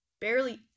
Barely